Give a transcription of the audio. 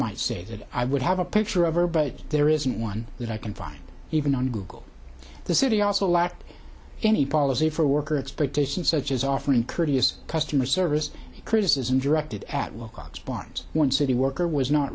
might say that i would have a picture of her but there isn't one that i can find even on google the city also lacked any policy for work or expectations such as offering courteous customer service criticism directed at wilcox pons one city worker was not